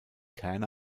kerne